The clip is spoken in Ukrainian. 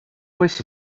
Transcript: весь